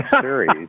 Series